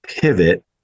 pivot